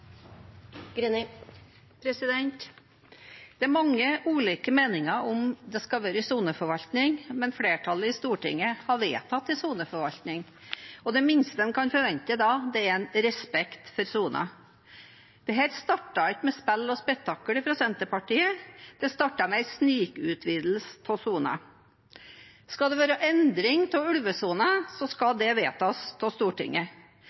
mange ulike meninger om det skal være soneforvaltning, men flertallet i Stortinget har vedtatt en soneforvaltning, og det minste en da kan forvente, er respekt for sonen. Dette startet ikke med spill og spetakkel fra Senterpartiet, det startet med en snikutvidelse av sonen. Skal det være endring av ulvesonen, skal det vedtas av Stortinget.